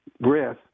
breath